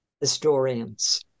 historians